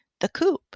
THECOOP